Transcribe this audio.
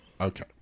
okay